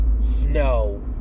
Snow